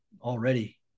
already